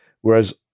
whereas